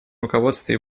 руководстве